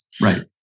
Right